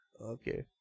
Okay